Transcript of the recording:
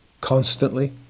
constantly